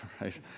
right